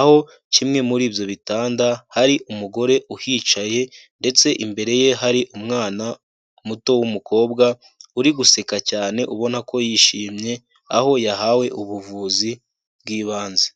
aho kimwe muri ibyo bitanda hari umugore uhicaye ndetse imbere ye hari umwana muto w'umukobwa uri guseka cyane ubona ko yishimye aho yahawe ubuvuzi bw'ibanze.